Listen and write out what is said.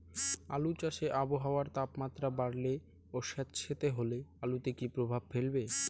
আলু চাষে আবহাওয়ার তাপমাত্রা বাড়লে ও সেতসেতে হলে আলুতে কী প্রভাব ফেলবে?